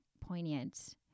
poignant